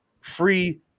free